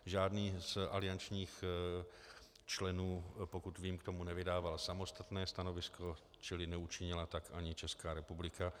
Žádný z aliančních členů, pokud vím, k tomu nevydává samostatné stanovisko, čili tak neučinila ani Česká republika.